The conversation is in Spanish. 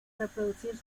reproducirse